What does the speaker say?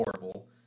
horrible